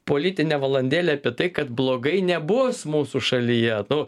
politinę valandėlę apie tai kad blogai nebus mūsų šalyje nu